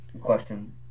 Question